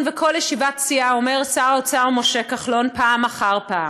ובכל ישיבת סיעה אומר שר האוצר משה כחלון פעם אחר פעם: